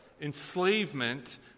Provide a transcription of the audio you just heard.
enslavement